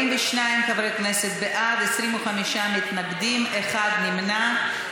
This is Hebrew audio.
42 חברי כנסת בעד, 25 מתנגדים, אחד נמנע.